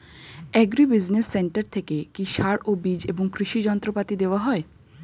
Agri business centre থেকে কি সার ও বিজ এবং কৃষি যন্ত্র পাতি দেওয়া হয়?